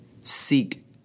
seek